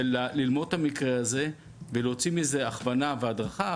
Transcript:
ללמוד את המקרה הזה ולהוציא ממנו הכוונה והדרכה,